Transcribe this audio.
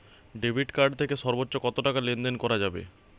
Debit card থেকে সর্বোচ্চ কত টাকা লেনদেন করা যাবে?